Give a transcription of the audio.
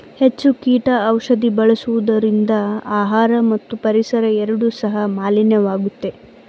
ಹೆಚ್ಚು ಕೀಟ ಔಷಧಿ ಬಳಸುವುದರಿಂದ ಆಹಾರ ಮತ್ತು ಪರಿಸರ ಎರಡು ಸಹ ಮಾಲಿನ್ಯವಾಗುತ್ತೆ